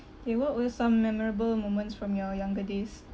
K what was some memorable moments from your younger days